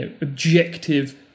objective